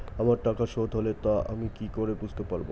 আমার টাকা শোধ হলে তা আমি কি করে বুঝতে পা?